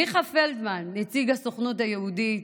מיכה פלדמן, נציג הסוכנות היהודית,